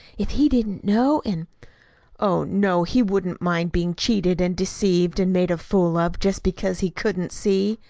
if he didn't know an' oh, no, he wouldn't mind being cheated and deceived and made a fool of, just because he couldn't see!